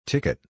Ticket